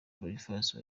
boniface